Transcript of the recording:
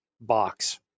box